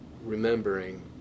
remembering